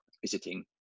visiting